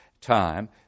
time